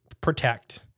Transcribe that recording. protect